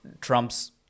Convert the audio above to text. Trump's